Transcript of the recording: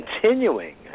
continuing